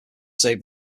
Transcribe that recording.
save